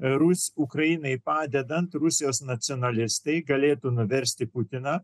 ukrainai padedant rusijos nacionalistai galėtų nuversti putiną